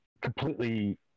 completely